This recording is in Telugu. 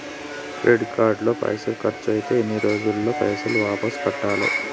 క్రెడిట్ కార్డు లో పైసల్ ఖర్చయితే ఎన్ని రోజులల్ల పైసల్ వాపస్ కట్టాలే?